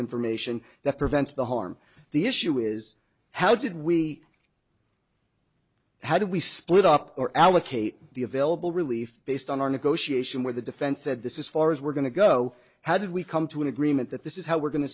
information that prevents the harm the issue is how did we how do we split up or allocate the available relief based on our negotiation where the defense said this is far as we're going to go how did we come to an agreement that this is how we're going to